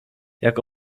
jak